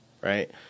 right